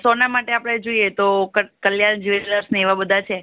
સોના માટે આપણે જોઈએ તો કલ કલ્યાણ જ્વેલર્સ ને એવા બધાં છે